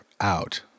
out